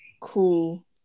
Cool